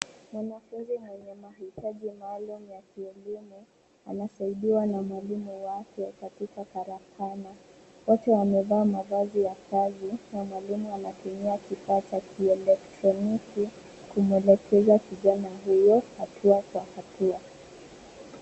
Mwanafunzi mwenye mahitaji maalum ya kielimu anasaidiwa na mwalimu wake katika karakana. Wote wamevaa mavazi ya kazi na mwalimu anatumia kifaa cha kieletroniki kumwelekeza kijana huyo hatua kwa hatua.